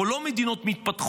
אנחנו לא אחת מהמדינות המתפתחות.